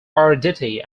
aridity